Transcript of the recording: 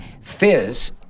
Fizz